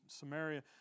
Samaria